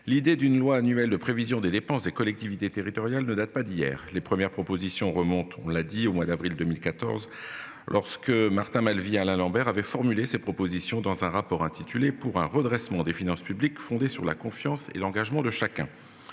L'idée d'une loi annuelle de prévision des dépenses des collectivités territoriales ne date pas d'hier, les premières propositions remonte, on l'a dit au mois d'avril 2014 lorsque Martin Malvy, Alain Lambert avait formulé ses propositions dans un rapport intitulé pour un redressement des finances publiques fondée sur la confiance et l'engagement de chacun.